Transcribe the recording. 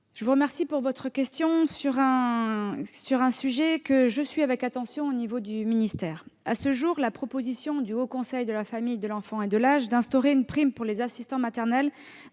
je vous remercie pour votre question, qui porte sur un sujet que je suis avec attention au ministère. La proposition du Haut Conseil de la famille, de l'enfance et de l'âge d'instaurer une prime pour les assistants maternels